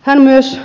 hän myös